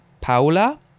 Paula